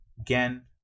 Again